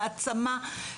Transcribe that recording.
העצמה,